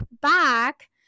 back